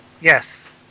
Yes